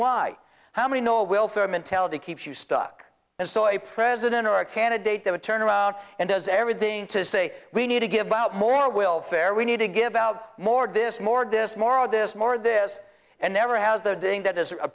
why how many no welfare mentality keeps you stuck and so a president or a candidate that would turn around and does everything to say we need to give out more will fair we need to give out more this more dis more of this more this and never has they're doing that as a